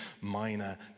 minor